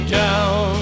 down